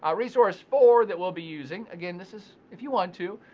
ah resource four that we'll be using, again, this is if you want to,